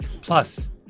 Plus